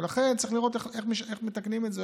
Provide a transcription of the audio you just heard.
ולכן צריך לראות איך מתקנים את זה,